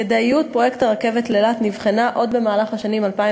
כדאיות פרויקט הרכבת לאילת נבחנה עוד במהלך השנים 2007